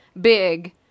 big